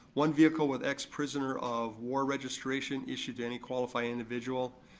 one vehicle with x prisoner of war registration issued to any qualified individual,